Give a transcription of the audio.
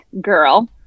girl